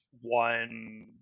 One